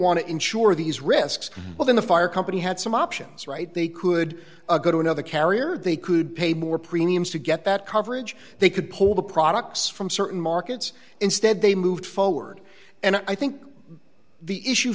want to insure these risks when the fire company had some options right they could go to another carrier they could pay more premiums to get that coverage they could pull the products from certain markets instead they moved forward and i think the issue